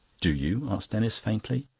do you? asked denis faintly.